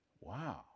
wow